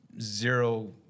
zero